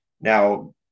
Now